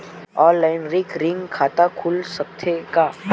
Online recurring खाता खुल सकथे का?